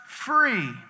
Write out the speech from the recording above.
Free